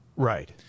Right